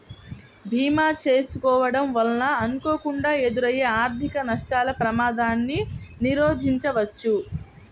భీమా చేసుకోడం వలన అనుకోకుండా ఎదురయ్యే ఆర్థిక నష్టాల ప్రమాదాన్ని నిరోధించవచ్చు